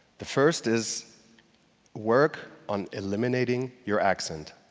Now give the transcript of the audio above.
the first is work on eliminating your accent.